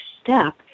step